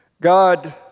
God